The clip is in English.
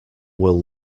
will